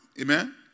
amen